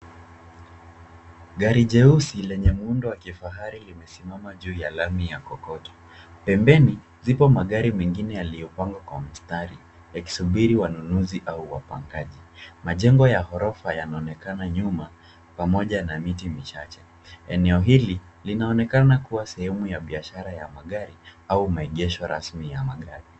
Gari jeusi lenye muundo wa kifahari limesimama juu ya lami ya kokoto. Pembeni zipo magari mengine yaliyopangwa kwa mstari yakisubiri wanunuzi au wapangaji. Majengo ya ghorofa yanaonekana nyuma pamoja na miti michache. Eneo hili linaonekana kuwa sehemu ya biashara ya magari au maegesho rasmi ya magari.